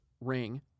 ring